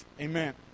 Amen